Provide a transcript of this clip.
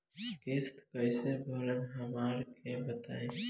किस्त कइसे भरेम हमरा के बताई?